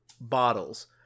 bottles